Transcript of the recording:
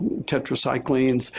tetracyclines.